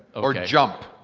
ah or jump,